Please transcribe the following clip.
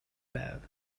байв